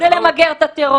השכנים שלנו שולחים לנו פרחים.